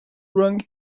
rank